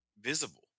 visible